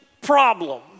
problem